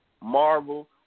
Marvel